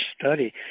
study